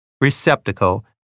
receptacle